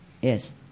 Yes